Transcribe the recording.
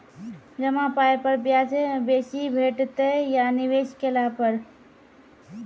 जमा पाय पर ब्याज बेसी भेटतै या निवेश केला पर?